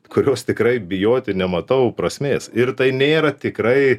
kurios tikrai bijoti nematau prasmės ir tai nėra tikrai